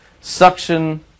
Suction